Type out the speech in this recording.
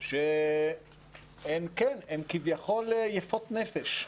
שהן כביכול "יפות נפש",